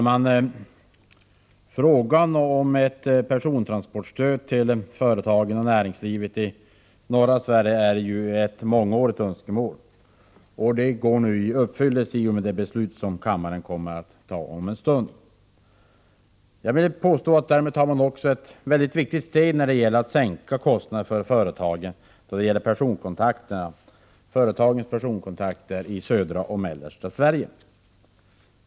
Herr talman! Ett persontransportstöd till företagen och näringslivet i norra Sverige är ett mångårigt önskemål. Det går nu i uppfyllelse i och med det beslut som kammaren kommer att fatta om en stund. Jag vill påstå att vi därmed också tar ett väldigt viktigt steg när det gäller att sänka kostnaderna för företagen avseende företagens kontakter i södra och mellersta Sverige.